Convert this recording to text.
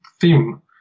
theme